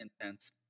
intense